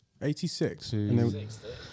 86